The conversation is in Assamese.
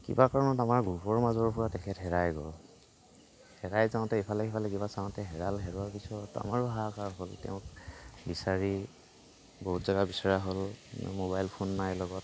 কিবা কাৰণত আমাৰ গ্ৰুপৰ মাজৰ পৰা তেখেত হেৰাই গ'ল হেৰাই যাওঁতে ইফালে সিফালে কিবা চাওঁতে হেৰাল হেৰোৱাৰ পিছত আমাৰো হাহাকৰ হ'ল তেওঁক বিচাৰি বহুত জেগা বিচৰা হ'ল মোবাইল ফোন নাই লগত